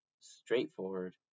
straightforward